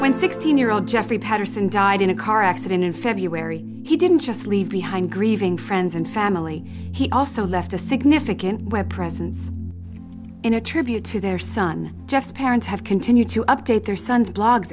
old jeffrey patterson died in a car accident in february he didn't just leave behind grieving friends and family he also left a significant web presence in a tribute to their son jeff parents have continued to update their son's blogs